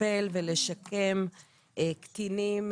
לטפל ולשקם קטינים,